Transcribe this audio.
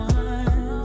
one